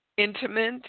intimate